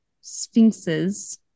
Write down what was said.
sphinxes